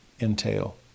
entail